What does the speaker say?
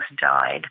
died